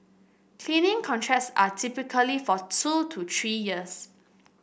cleaning contracts are typically for two to three years